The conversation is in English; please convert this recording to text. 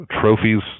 trophies